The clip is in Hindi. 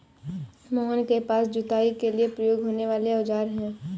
मोहन के पास जुताई के लिए प्रयोग होने वाले औज़ार है